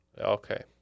Okay